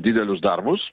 didelius darbus